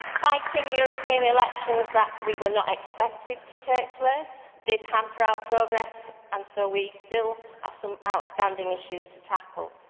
fighting european election that's we were not expected to take place did hamper our progress, and so we still have some outstanding issues to tackle.